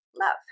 love